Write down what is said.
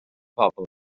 pobl